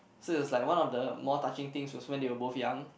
so there was like one of the more touching thing was when they were both young